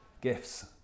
gifts